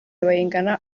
bayingana